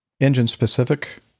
engine-specific